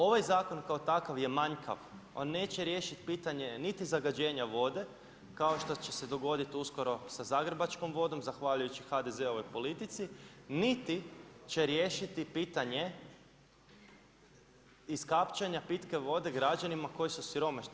Ovaj zakon kao takav je manjkav, on neće riješiti pitanje niti zagađenja vode kao što će se dogoditi uskoro sa zagrebačkom vodom zahvaljujući HDZ-ovoj politici, niti će riješiti pitanje iskapčanja pitke vode građanima koji su siromašni.